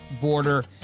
Border